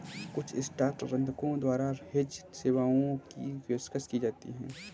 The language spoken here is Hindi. कुछ स्टॉक प्रबंधकों द्वारा हेज सेवाओं की पेशकश की जाती हैं